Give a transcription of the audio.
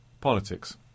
Politics